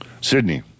Sydney